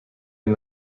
این